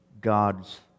God's